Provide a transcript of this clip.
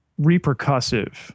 Repercussive